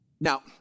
Now